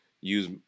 use